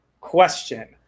question